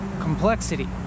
complexity